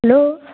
hello